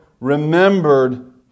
remembered